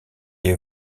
est